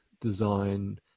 design